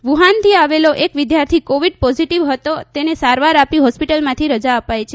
વુહાનથી આવેલો એક વિદ્યાર્થી કોવિડ પોઝીટવ હતો તેને સારવાર આપી હોસ્પીટલમાંથી રજા અપાઈ છે